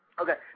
Okay